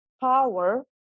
power